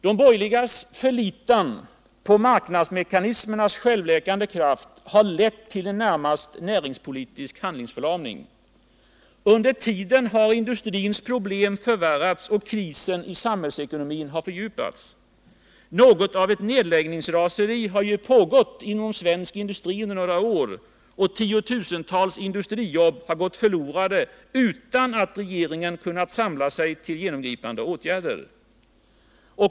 De borgerligas förlitan på marknadsmekanismernas självläkande kraft har närmast lett till en näringspolitisk handlingsförlamning. Under tiden har industrins problem förvärrats och krisen i samhällsekonomin fördjupats. Något av ett nedläggningsraseri har pågått inom svensk industri under några år och tiotusentals industrijobb har gått förlorade utan att regeringen kunnat samla sig till genomgripande åtgärder.